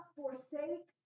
forsake